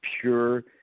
pure